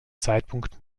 zeitpunkt